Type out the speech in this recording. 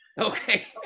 Okay